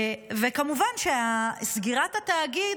וכמובן שסגירת התאגיד,